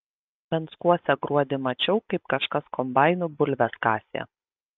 venckuose gruodį mačiau kaip kažkas kombainu bulves kasė